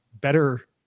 better